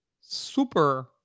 super